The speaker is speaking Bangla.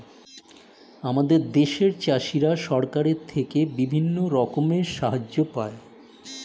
আমাদের দেশের চাষিরা সরকারের থেকে বিভিন্ন রকমের সাহায্য পায়